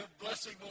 blessing